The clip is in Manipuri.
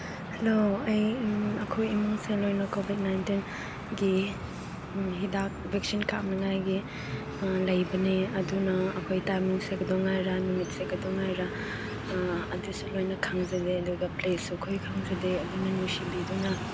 ꯍꯂꯣ ꯑꯩ ꯑꯩꯈꯣꯏ ꯏꯃꯨꯡꯁꯦ ꯂꯣꯏꯅ ꯀꯣꯚꯤꯗ ꯅꯥꯏꯟꯇꯤꯟꯒꯤ ꯍꯤꯗꯥꯛ ꯚꯦꯛꯁꯤꯟ ꯀꯥꯞꯅꯉꯥꯏꯒꯤ ꯂꯩꯕꯅꯦ ꯑꯗꯨꯅ ꯑꯩꯈꯣꯏ ꯇꯥꯏꯃꯤꯡꯁꯦ ꯀꯩꯗꯧꯉꯩꯔ ꯅꯨꯃꯤꯠꯁꯦ ꯀꯩꯗꯧꯉꯩꯔꯦ ꯑꯗꯨꯁꯨ ꯂꯣꯏꯅ ꯈꯪꯖꯗꯦ ꯑꯗꯨꯒ ꯄ꯭ꯂꯦꯁꯁꯨ ꯑꯩꯈꯣꯏ ꯈꯪꯖꯗꯦ ꯑꯗꯨꯅ ꯅꯨꯡꯁꯤꯕꯤꯗꯨꯅ